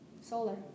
Solar